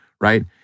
right